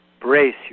brace